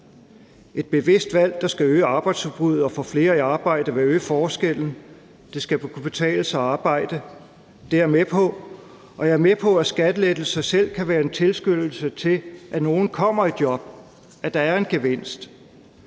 Et bevidst valg, der skal øge arbejdsudbuddet og få flere i arbejde, vil øge forskellen. Det skal kunne betale sig at arbejde. Det er jeg med på, og jeg er med på, at skattelettelser i sig selv – det, at der er en gevinst